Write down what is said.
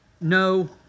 no